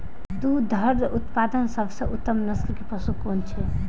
दुग्ध उत्पादक सबसे उत्तम नस्ल के पशु कुन छै?